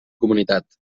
comunitat